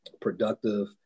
productive